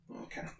Okay